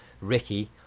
ricky